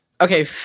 Okay